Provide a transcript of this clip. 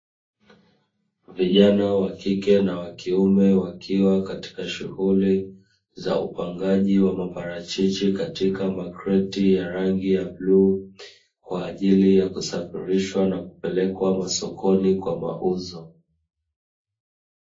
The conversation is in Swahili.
Vijana wakike na wakiume, wakiwa katika shughuli za upangaji wa maparachichi katika makreti ya rangi ya buluu kwa ajili ya kusafirishwa na kupelekwa masokoni kwa mauzo.